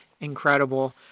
incredible